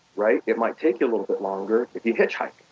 right? it might take you a little bit longer if you hitchhike,